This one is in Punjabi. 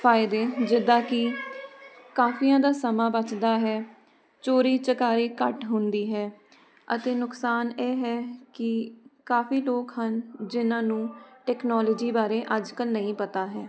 ਫਾਇਦੇ ਜਿੱਦਾਂ ਕਿ ਕਾਫੀਆਂ ਦਾ ਸਮਾਂ ਬਚਦਾ ਹੈ ਚੋਰੀ ਚਕਾਰੀ ਘੱਟ ਹੁੰਦੀ ਹੈ ਅਤੇ ਨੁਕਸਾਨ ਇਹ ਹੈ ਕਿ ਕਾਫੀ ਲੋਕ ਹਨ ਜਿਹਨਾਂ ਨੂੰ ਟੈਕਨੋਲਜੀ ਬਾਰੇ ਅੱਜ ਕੱਲ੍ਹ ਨਹੀਂ ਪਤਾ ਹੈ